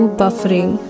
buffering